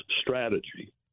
strategy